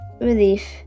relief